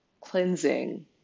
cleansing